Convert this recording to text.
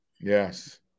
Yes